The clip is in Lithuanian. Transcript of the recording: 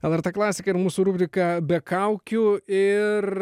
lrt klasika ir mūsų rubrika be kaukių ir